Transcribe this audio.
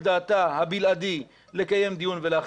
כחבר ועדה מבקש שלא להצביע על הנושא היום ולתת